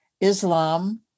Islam